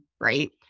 right